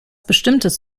bestimmtes